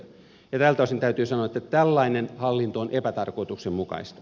tältä osin täytyy sanoa että tällainen hallinto on epätarkoituksenmukaista